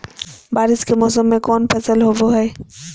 बारिस के मौसम में कौन फसल होबो हाय?